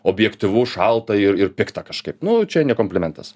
objektyvu šalta ir ir pikta kažkaip nu čia ne komplimentas